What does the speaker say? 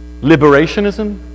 liberationism